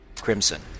crimson